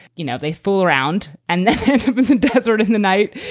you know, they fool around and then dessert of the night,